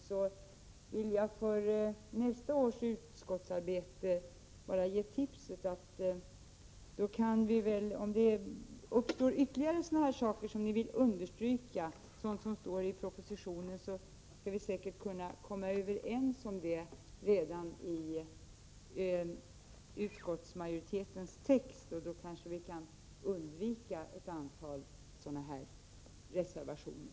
Jag vill då inför nästa års utskottsarbete bara ge tipset, att om ni vill understryka sådant som står i propositionen, borde vi kunna komma överens om det redan i utskottsmajoritetens text. På det sättet skulle vi kunna undvika ett antal reservationer.